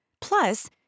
Plus